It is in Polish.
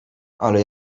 ale